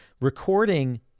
recording